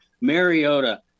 Mariota